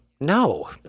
no